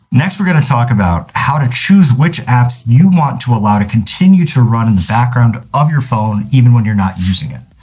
next we're going to talk about how to choose which apps you want to allow to continue to run in the background of your phone even when you're not using it.